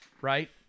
right